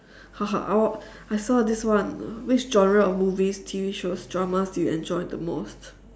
I will I saw this one which genre of movies T_V shows dramas do you enjoy the most